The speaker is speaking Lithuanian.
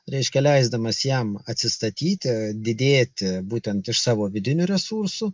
reiškia leisdamas jam atsistatyti didėti būtent iš savo vidinių resursų